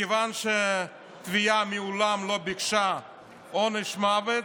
מכיוון שהתביעה מעולם לא ביקשה עונש מוות,